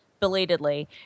Belatedly